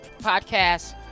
podcast